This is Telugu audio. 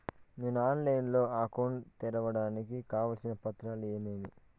నేను ఆన్లైన్ లో అకౌంట్ తెరవడానికి కావాల్సిన పత్రాలు ఏమేమి?